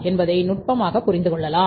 என்பதை நுட்பமாக புரிந்து கொள்ளலாம்